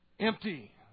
Empty